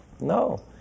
No